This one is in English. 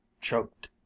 choked